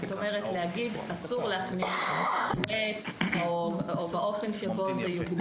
זאת אומרת להגיד שאסור להכניס חמץ או באופן שבו זה יקודם.